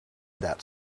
that